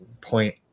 point